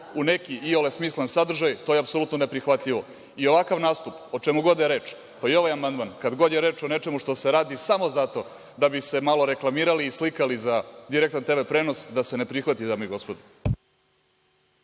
u neki iole smislen sadržaj, to je apsolutno neprihvatljivo. I ovakav način, o čemu god da je reč, pa i ovaj amandman, kad god je reč o nečemu što se radi samo zato da bi se malo reklamirali i slikali za direktan TV prenos, da se ne prihvati, dame i gospodo.